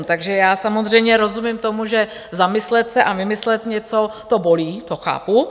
Takže já samozřejmě rozumím tomu, že zamyslet se a vymyslet něco, to bolí, to chápu.